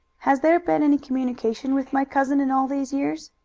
has there been any communication with my cousin in all these years?